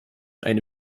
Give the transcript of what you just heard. eine